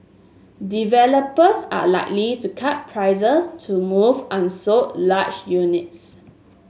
developers are likely to cut prices to move unsold large units